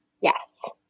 Yes